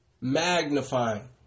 magnifying